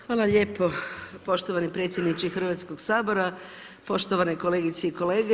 Hvala lijepo poštovani predsjedniče Hrvatskog sabora, poštovane kolegice i kolege.